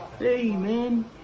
Amen